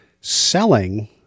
selling